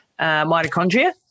mitochondria